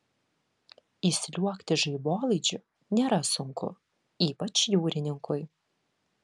įsliuogti žaibolaidžiu nėra sunku ypač jūrininkui